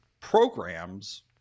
programs